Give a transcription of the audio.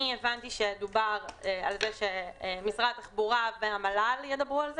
אני הבנתי שדובר על זה שמשרד התחבורה והמל"ל ידברו על זה.